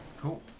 cool